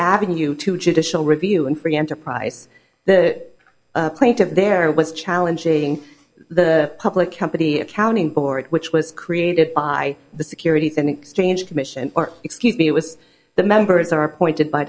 avenue to judicial review and free enterprise that plaintiff there was challenging the public company and county board which was created by the securities and exchange commission or excuse me it was the members are appointed by